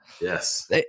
Yes